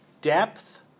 depth